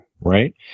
Right